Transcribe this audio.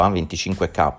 25k